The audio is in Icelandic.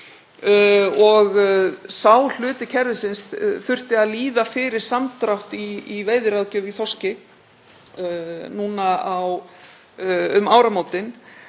og sá hluti kerfisins þurfti að líða fyrir samdrátt í veiðiráðgjöf í þorski núna um áramótin.